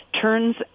turns